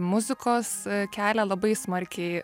muzikos kelią labai smarkiai